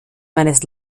meines